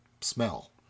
smell